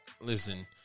Listen